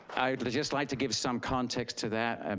i would just like to give some context to that. um